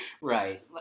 Right